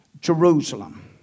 Jerusalem